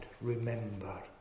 remember